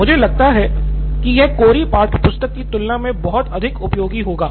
मुझे लगता है कि यह कोरी पाठ्यपुस्तक की तुलना में बहुत अधिक उपयोगी होगा